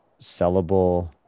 sellable